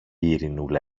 ειρηνούλα